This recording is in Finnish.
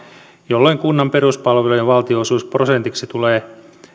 jolloin kunnan peruspalvelujen valtionosuusprosentiksi tulee